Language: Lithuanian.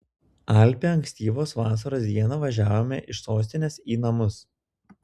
alpią ankstyvos vasaros dieną važiavome iš sostinės į namus